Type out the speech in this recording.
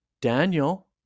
Daniel